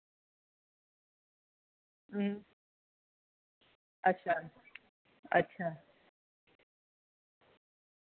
अच्छा अच्छा